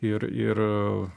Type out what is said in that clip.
ir ir